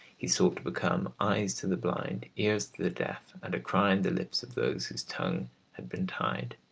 he sought to become eyes to the blind, ears to the deaf, and a cry in the lips of those whose tongues had been tied.